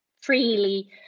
freely